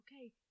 okay